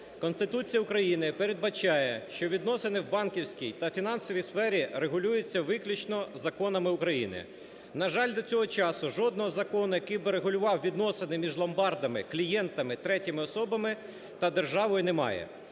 Конституція України передбачає, що відносини в банківській та фінансовій сфері регулюються виключно законами України. На жаль, до цього часу жодного закону, який би регулював відносини між ломбардами, клієнтами, третіми особами та державою, немає.